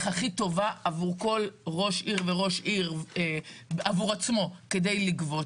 הכי טובה עבור כל ראש עיר וראש עיר עבור עצמו כדי לגבות.